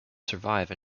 survive